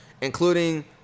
including